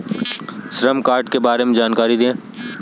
श्रम कार्ड के बारे में जानकारी दें?